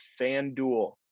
FanDuel